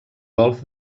golf